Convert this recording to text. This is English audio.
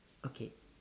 okay